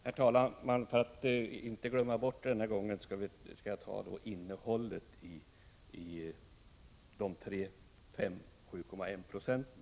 Herr talman! För att inte återigen glömma bort det skall jag kommentera de 3, 5 resp. 7,1 procenten.